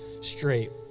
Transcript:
straight